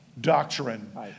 Doctrine